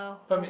permit